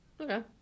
okay